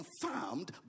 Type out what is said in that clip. confirmed